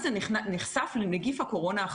במעגל הראשון למשל הילד הזה הדביק שלושה או ארבעה,